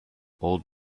old